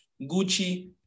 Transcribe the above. Gucci